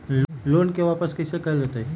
Loan के वापस कैसे कैल जतय?